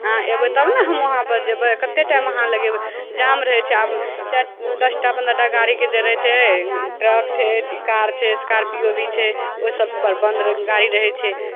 अहाँ अयबै तब ने हमहूँ उहाँपर जयबै कतेक टाइम अहाँ लगयबै जाम रहै छै आब चाइ दस टा पन्द्रह टा गाड़ीके जे रहै छै ट्रक छै कार छै स्कार्पियो भी छै ओहि सभपर बन्द गाड़ी रहै छै